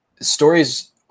stories